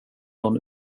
nån